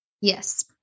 yes